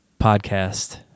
podcast